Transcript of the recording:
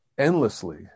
Endlessly